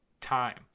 time